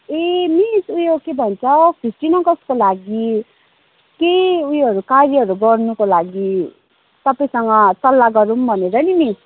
ए miss ऊ यो के भन्छ फिफ्टिन अगस्तका लागि के ऊ योहरू कार्यहरू गर्नुको लागि तपाईँसँग सल्लाह गरौँ भनेर नि मिस